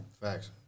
Facts